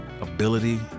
ability